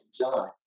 John